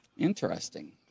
interesting